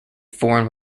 foreign